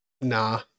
nah